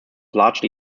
largely